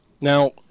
Now